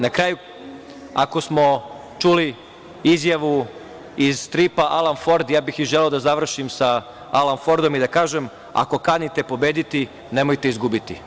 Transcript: Na kraju, ako smo čuli izjavu iz stripa „Alan Ford“, ja bih i želeo da završim sa „Alan Fordom“ i da kažem – ako kanite pobediti, nemojte izgubiti.